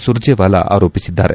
ಸುರ್ಜೆವಾಲಾ ಆರೋಪಿಸಿದ್ದಾರೆ